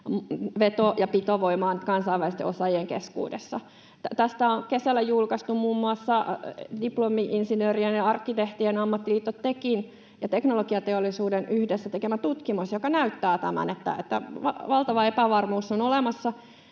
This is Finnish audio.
veto- ja pitovoimaan kansainvälisten osaajien keskuudessa. Tästä on kesällä julkaistu muun muassa diplomi-insinöörien ja arkkitehtien ammattiliitto TEKin ja Teknologiateollisuuden yhdessä tekemä tutkimus, joka näyttää, että valtava epävarmuus on olemassa.